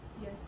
yes